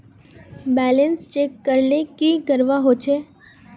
Balance check करले की करवा होचे?